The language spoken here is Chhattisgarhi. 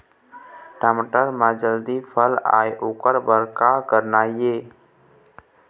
टमाटर म जल्दी फल आय ओकर बर का करना ये?